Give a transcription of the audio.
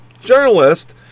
journalist